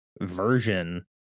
version